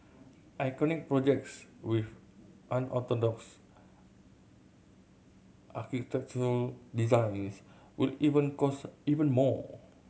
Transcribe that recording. iconic projects with unorthodox architectural designs will even cost even more